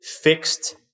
fixed